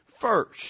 first